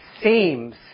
seems